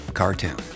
cartoon